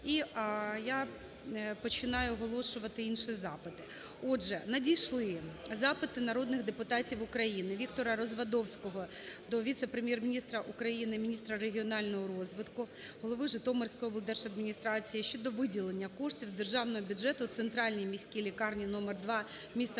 І я починаю оголошувати інші запити. Отже, надійшли запити народних депутатів України: Віктора Развадовського до віце-прем’єр-міністра України - міністра регіонального розвитку, голови Житомирської облдержадміністрації щодо виділення коштів з державного бюджету центральній міській лікарні №2 міста